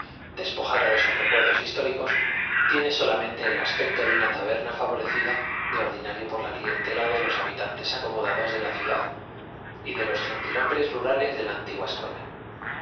despojada de sus recuerdos históricos tiene solamente el aspecto de una taberna favorecida de ordinario por la clientela de los habitantes acomodados de la ciudad y de los gentilhombres rurales de la antigua escuela